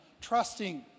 trusting